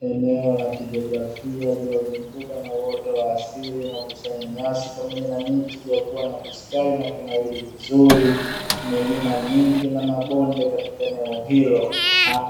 Eneo la kijiografia lililozungukwa na uoto wa asili unaokusanya nyasi pamoja na miti iliyokua na kustawi na kunawiri vizuri, milima mingi na mabonde katika eneo hilo,